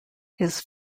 his